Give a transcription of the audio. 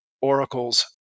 oracles